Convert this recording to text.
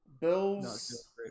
bills